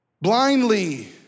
blindly